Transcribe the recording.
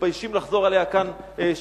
שמתביישים לחזור עליה כאן שוב,